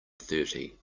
thirty